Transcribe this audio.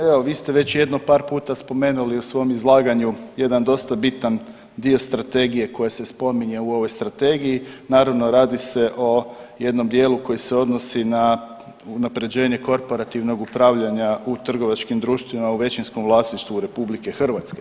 Evo vi ste već jedno par puta spomenuli u svom izlaganju jedan dosta bitan dio strategije koji se spominje u ovoj strategiji, naravno radi se o jednom dijelu koji se odnosi na unaprjeđenje korporativnog upravljanja u trgovačkim društvima u većinskom vlasništvu RH.